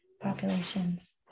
populations